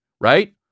Right